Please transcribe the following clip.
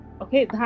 Okay